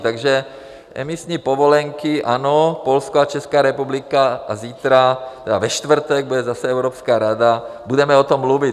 Takže emisní povolenky ano, Polsko a Česká republika, a zítra, tedy ve čtvrtek, bude zase Evropská rada, budeme o tom mluvit.